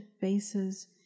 faces